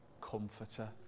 comforter